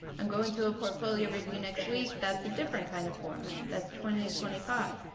i'm going to a portfolio review next week that's a different kind of format, that's twenty to twenty five.